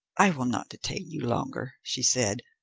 i will not detain you longer, she said,